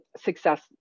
success-